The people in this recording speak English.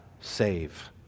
save